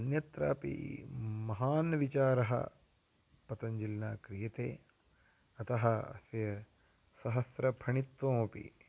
अन्यत्रापि महान् विचारः पतञ्जलिना क्रियते अतः अस्य सहस्रफलत्वमपि